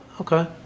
Okay